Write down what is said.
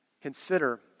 Consider